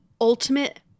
ultimate